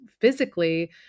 physically